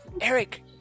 Eric